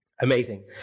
Amazing